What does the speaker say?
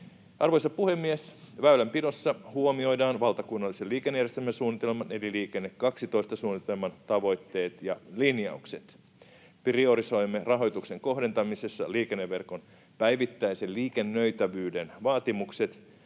Arvoisa puhemies! Väylänpidossa huomioidaan valtakunnallisen liikennejärjestelmän suunnitelman eli Liikenne 12 ‑suunnitelman tavoitteet ja linjaukset. Priorisoimme rahoituksen kohdentamisessa liikenneverkon päivittäisen liikennöitävyyden vaatimukset,